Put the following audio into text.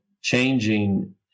changing